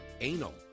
Anal